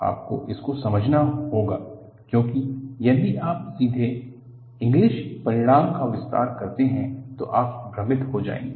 आपको इसको समझना होगी क्योंकि यदि आप सीधे इंगलिस परिणाम का विस्तार करते हैं तो आप भ्रमित हो जाएंगे